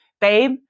babe